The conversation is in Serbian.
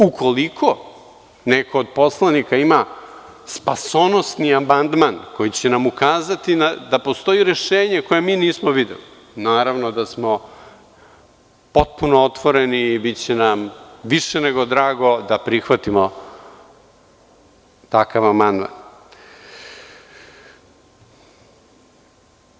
Ukoliko neko od poslanika ima spasonosni amandman koji će nam ukazati da postoji rešenje koje mi nismo videli, naravno da smo potpuno otvoreni i biće nam više nego drago da prihvatimo takav amandman.